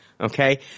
Okay